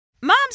Moms